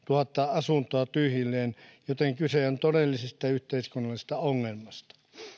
asuntoa tyhjillään joten kyse on todellisesta yhteiskunnallisesta ongelmasta